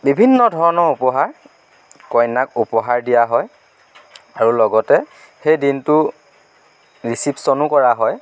বিভিন্ন ধৰণৰ উপহাৰ কইনাক উপহাৰ দিয়া হয় আৰু লগতে সেই দিনটো ৰিচিপচনো কৰা হয়